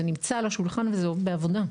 זה נמצא על השולחן וזה בעבודה.